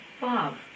Bob